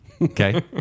okay